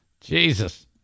jesus